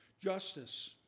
justice